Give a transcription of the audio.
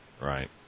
Right